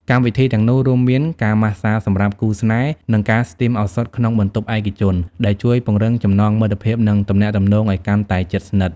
កម្មវិធីទាំងនោះរួមមានការម៉ាស្សាសម្រាប់គូស្នេហ៍ និងការស្ទីមឱសថក្នុងបន្ទប់ឯកជនដែលជួយពង្រឹងចំណងមិត្តភាព និងទំនាក់ទំនងឲ្យកាន់តែជិតស្និទ្ធ។